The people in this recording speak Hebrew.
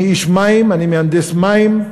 אני איש מים, אני מהנדס מים.